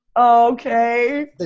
Okay